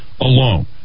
alone